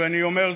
ואני אומר,